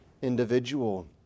individual